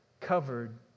covered